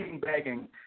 Begging